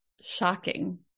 shocking